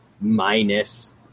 minus